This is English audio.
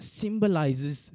symbolizes